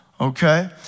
Okay